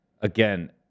Again